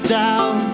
down